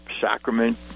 Sacrament